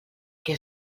què